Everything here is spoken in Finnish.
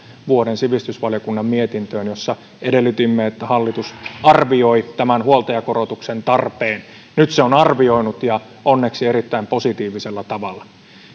vuoden kaksituhattakuusitoista sivistysvaliokunnan mietintöön jossa edellytimme että hallitus arvioi huoltajakorotuksen tarpeen nyt se on arvioinut ja onneksi erittäin positiivisella tavalla